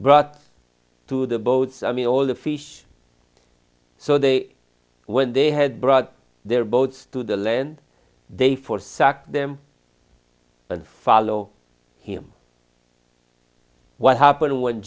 brought to the boats i mean all the fish so they when they had brought their boats to the land they four sucked them and follow him what happened when